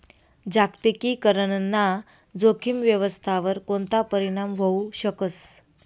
जागतिकीकरण ना जोखीम व्यवस्थावर कोणता परीणाम व्हवू शकस